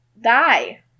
die